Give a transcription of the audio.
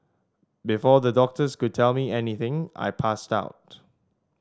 before the doctors could tell me anything I passed out